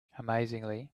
amazingly